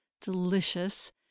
delicious